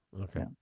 Okay